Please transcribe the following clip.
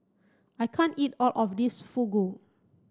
I can't eat all of this Fugu